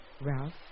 Ralph